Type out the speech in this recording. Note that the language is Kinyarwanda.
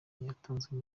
ntiyatanzwe